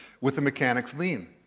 with the mechanic's lien?